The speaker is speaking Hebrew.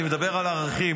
אני מדבר על ערכים,